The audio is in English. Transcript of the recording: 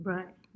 Right